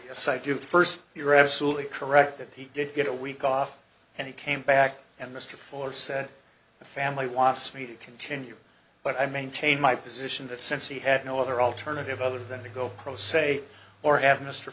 you first you're absolutely correct that he did get a week off and he came back and mr fuller said the family wants me to continue but i maintain my position that since he had no other alternative other than to go pro se or have mr